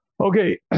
Okay